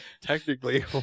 technically